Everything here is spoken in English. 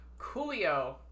Coolio